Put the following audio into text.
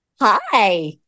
Hi